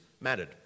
mattered